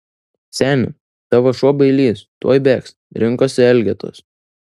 seni tavo šuo bailys tuoj bėgs rinkosi elgetos